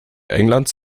englands